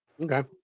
Okay